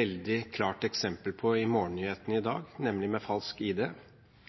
veldig klart eksempel på falsk ID i morgennyhetene i dag